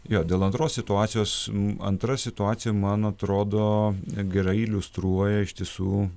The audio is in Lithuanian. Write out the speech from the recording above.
jo dėl antros situacijos antra situacija man atrodo gerai iliustruoja ištiesų